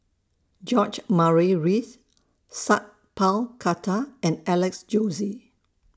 George Murray Reith Sat Pal Khattar and Alex Josey